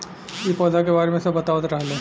इ पौधा के बारे मे सब बतावत रहले